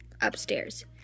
upstairs